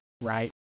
right